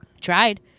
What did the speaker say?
Tried